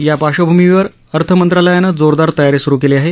या पार्श्वभूमीवर अर्थमंत्रालयाने जोरदार तयारी सुरू केली आहे